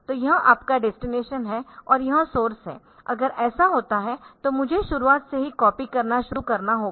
तो यह आपका डेस्टिनेशन है और यह सोर्स है अगर ऐसा होता है तो मुझे शुरुआत से ही कॉपी करना शुरू करना होगा